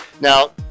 now